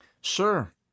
Sure